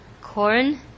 corn